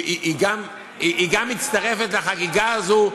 היא גם מצטרפת לחגיגה הזו.